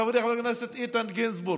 חברי חבר הכנסת איתן גינזבורג,